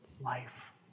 life